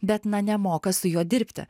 bet na nemoka su juo dirbti